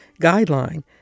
Guideline